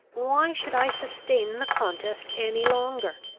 why should i sustain the contest any longer?